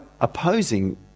opposing